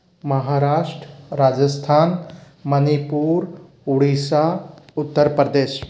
Maharashtra Rajasthan Manipur Orissa Uttar Pradesh